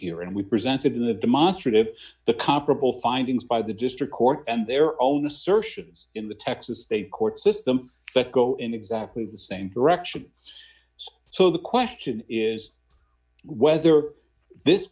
here and we presented to the demonstrative the comparable findings by the district court and their own assertions in the texas they court system but go in exactly the same direction so the question is whether this